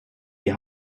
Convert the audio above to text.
die